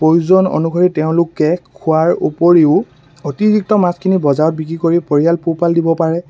প্ৰয়োজন অনুসৰি তেওঁলোকে খোৱাৰ উপৰিও অতিৰিক্ত মাছখিনি বজাৰত বিক্ৰী কৰি পৰিয়াল পোহপাল দিব পাৰে